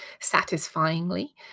satisfyingly